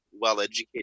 well-educated